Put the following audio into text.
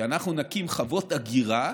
אנחנו נקים חוות אגירה,